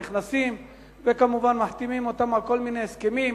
נכנסים, וכמובן מחתימים אותם על כל מיני הסכמים,